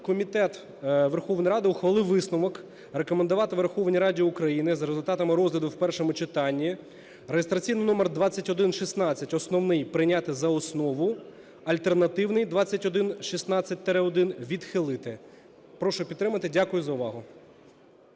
комітет Верховної Ради ухвалив висновок рекомендувати Верховній Раді України за результатами розгляду в першому читанні реєстраційний номер 2116, основний, прийняти за основу, альтернативний 2116-1 відхилити. Прошу підтримати. Дякую за увагу.